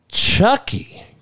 Chucky